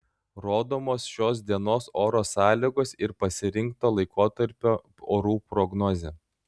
rodomos šios dienos oro sąlygos ir pasirinkto laikotarpio orų prognozė